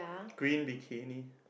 green bikini